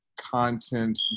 content